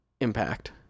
impact